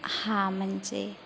हा म्हणजे